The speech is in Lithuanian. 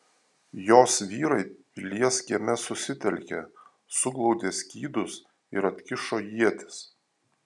jos vyrai pilies kieme susitelkė suglaudė skydus ir atkišo ietis